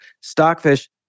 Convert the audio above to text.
Stockfish